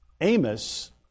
Amos